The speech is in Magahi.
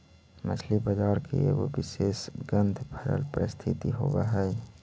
मछली बजार के एगो विशेष गंधभरल परिस्थिति होब हई